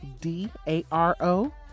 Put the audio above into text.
d-a-r-o